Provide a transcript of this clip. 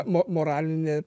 mo moralinė